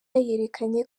yerekanye